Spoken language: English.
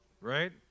Right